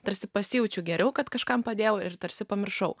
tarsi pasijaučiau geriau kad kažkam padėjau ir tarsi pamiršau